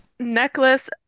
necklace